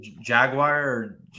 Jaguar